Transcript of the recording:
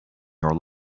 your